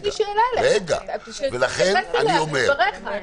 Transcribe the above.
יש לי שאלה אליך שתתייחס אליה בדבריך.